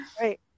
Right